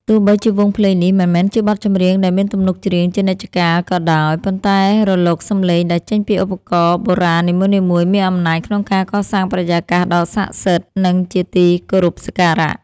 ទោះបីជាវង់ភ្លេងនេះមិនមែនជាបទចម្រៀងដែលមានទំនុកច្រៀងជានិច្ចកាលក៏ដោយ ប៉ុន្តែរលកសម្លេងដែលចេញពីឧបករណ៍បុរាណនីមួយៗមានអំណាចក្នុងការកសាងបរិយាកាសដ៏ស័ក្តិសិទ្ធិ និងជាទីគោរពសក្ការៈ។